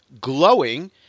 glowing